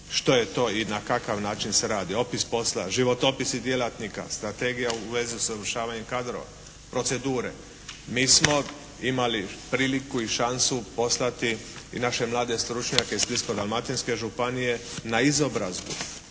što je to i na kakav način se radi, opis posla, životopisi djelatnika, strategija u vezi usavršavanja kadrova, procedure. Mi smo imali priliku i šansu poslati i naše mlade stručnjake Splitsko-Dalmatinske županije na izobrazbu